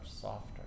softer